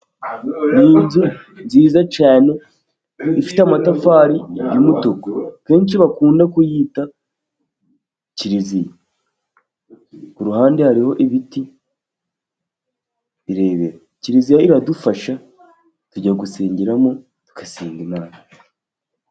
Ni inzu nziza cyane ifite amatafari y'umutuku kenshi bakunda kuyita kiriziya, kuruhande hariho ibiti birebire. Kiliziya iradufasha tujya gusengeramo, tugasenga Imana.